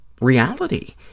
reality